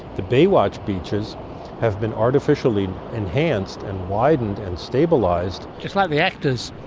the baywatch, beaches have been artificially enhanced and widened and stabilised. just like the actors.